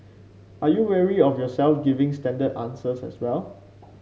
are you wary of yourself giving standard answers as well